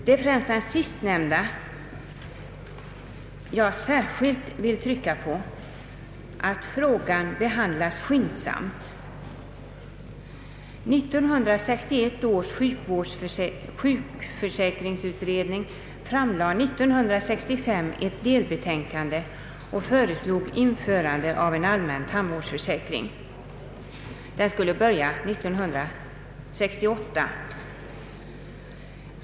Det är främst det sistnämnda jag särskilt vill trycka på — att frågan behandlas skyndsamt. 1961 års sjukförsäkringsutredning framlade 1965 ett delbetänkande och föreslog införande av en allmän tandvårdsförsäkring som skulle genomföras från och med 1968.